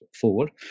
forward